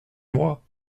moi